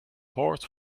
horse